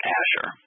Asher